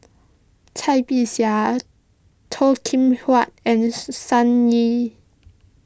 Cai Bixia Toh Kim Hwa and Sun Yee